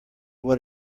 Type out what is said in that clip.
what